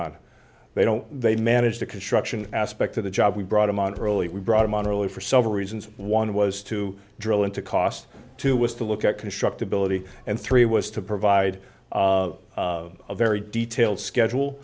on they don't they manage the construction aspect of the job we brought them on early we brought them on early for several reasons one was to drill into costs two was to look at constructibility and three was to provide a very detailed schedule